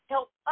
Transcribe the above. help